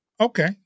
Okay